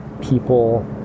people